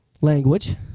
language